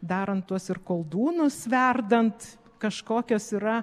darant tuos ir koldūnus verdant kažkokios yra